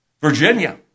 Virginia